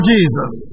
Jesus